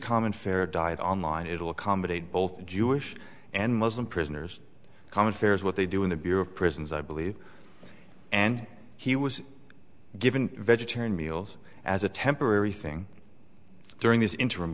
common fare diet online it'll accommodate both jewish and muslim prisoners common fare is what they do in the bureau of prisons i believe and he was given vegetarian meals as a temporary thing during this interim